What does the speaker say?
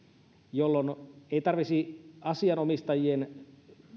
jolloin ei tarvitsisi asianomistajien